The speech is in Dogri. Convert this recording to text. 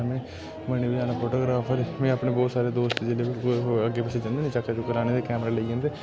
में बनी बी जा फोटोग्राफर में अपने बोह्त सारे दोस्त जोल्लै बी कोई अग्गे पिच्छे जन्ने होन्ने चक्कर चुक्कर लाने लेईं ते कैमरा लेई जंदे